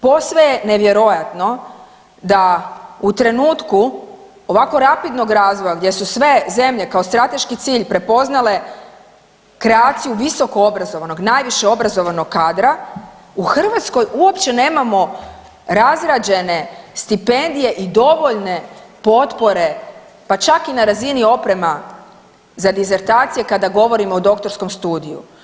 Posve je nevjerojatno da u trenutku ovako rapidnog razvoja gdje su sve zemlje kao strateški cilj prepoznale kreaciju visoko obrazovanog, najviše obrazovanog kadra u Hrvatskoj uopće nemamo razrađene stipendije i dovoljne potpore pa čak i na razini oprema za disertacije kada govorimo o doktorskom studiju.